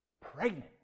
pregnant